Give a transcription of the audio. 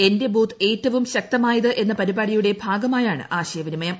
എന്റെ ബൂത്ത് ഏറ്റവും ശക്തമായത് എന്ന പരിപാടിയുടെ ഭാഗമായാണ് ആശയവിനിമയം